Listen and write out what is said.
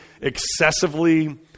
excessively